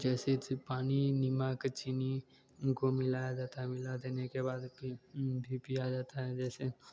जैसे स पानी नमक चीनी को मिलाया जाता है मिला देने के बाद पी भी पिया जाता है जैसे